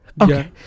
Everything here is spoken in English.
Okay